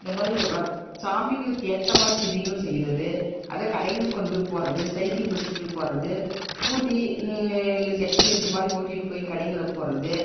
இந்த மாதிரி சாமிகளுக்கு ஏற்ற மாதிரி திரிகளும் செய்கிறது அதை கடைகளுக்கு கொண்டு போய் போடுறது சைக்கிள் மிதிச்சிட்டு போய் போடுறது ஸ்கூட்டி இல்லை எக்ஸல் இது மாதிரி ஓட்டிட்டு போய் கடைகள்ல போடுறது